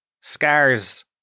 Scars